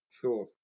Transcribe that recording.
sure